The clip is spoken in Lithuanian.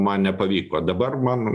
man nepavyko dabar man